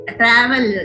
travel